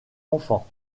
enfant